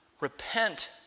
repent